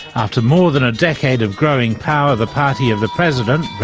after more than a decade of growing power, the party of the president,